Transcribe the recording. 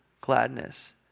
gladness